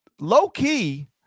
low-key